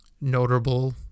notable